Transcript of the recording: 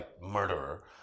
murderer